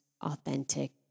authentic